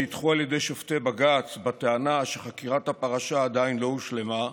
שנדחו על ידי שופטי בג"ץ בטענה שחקירת הפרשה עדיין לא הושלמה,